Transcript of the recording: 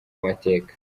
mateka